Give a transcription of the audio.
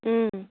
ꯎꯝ